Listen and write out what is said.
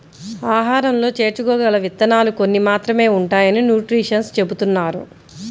ఆహారంలో చేర్చుకోగల విత్తనాలు కొన్ని మాత్రమే ఉంటాయని న్యూట్రిషన్స్ చెబుతున్నారు